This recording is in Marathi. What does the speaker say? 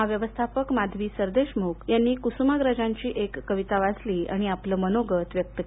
महाव्यवस्थापक माधवी सरदेशमुख यांनी कुसुमाग्रजांची एक कविता वाचली आणि आपलं मनोगत व्यक्त केले